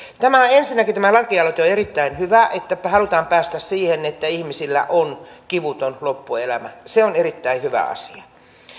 ensinnäkin tämä lakialoite on erittäin hyvä se että halutaan päästä siihen että ihmisillä on kivuton loppuelämä se on erittäin hyvä asia